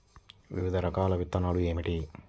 వివిధ రకాల విత్తనాలు ఏమిటి?